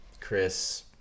Chris